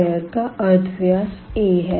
sphere का अर्धव्यास a है